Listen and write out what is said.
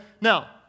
Now